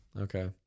Okay